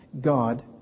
God